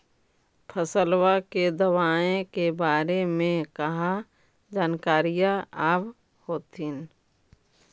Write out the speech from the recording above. फसलबा के दबायें के बारे मे कहा जानकारीया आब होतीन?